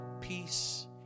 peace